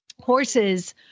Horses